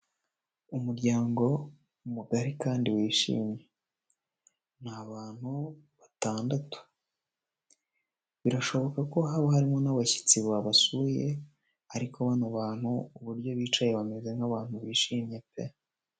Umuryango mugari kandi wishimye, ni abantu batandatu, birashoboka ko haba harimo n'abashyitsi babasuye ariko bano bantu uburyo bicaye bameze nk'abantu bishimye pe!